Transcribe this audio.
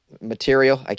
material